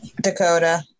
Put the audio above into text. Dakota